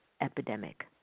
epidemic